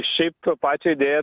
šiaip tą pačią idėją